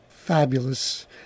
Fabulous